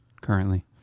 currently